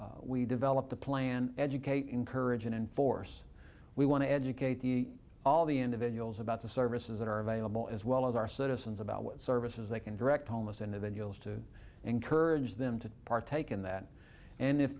go we develop the plan educate encourage and enforce we want to educate the all the individuals about the services that are available as well as our citizens about what services they can direct homeless individuals to encourage them to partake in that and if